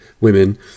women